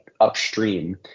upstream